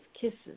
kisses